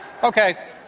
Okay